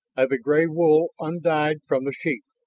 of a gray wool undyed from the sheep.